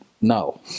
no